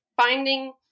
finding